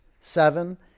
seven